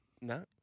No